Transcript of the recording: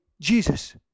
Jesus